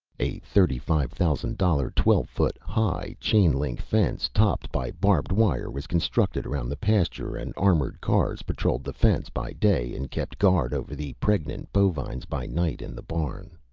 a thirty-five thousand dollar, twelve-foot high chain link fence, topped by barbed wire, was constructed around the pasture and armored cars patrolled the fence by day and kept guard over the pregnant bovines by night in the barn.